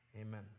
Amen